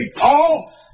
Paul